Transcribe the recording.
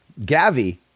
Gavi